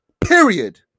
Period